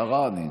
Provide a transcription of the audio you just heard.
מראענה.